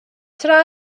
tra